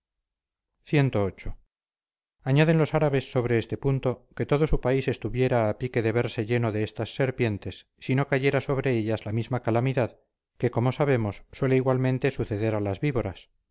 mencionado cviii añaden los árabes sobre este punto que todo su país estuviera a pique de verse lleno de estas serpientes si no cayera sobre ellas la misma calamidad que como sabemos suele igualmente suceder a las víboras